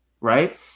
right